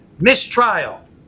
mistrial